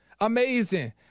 Amazing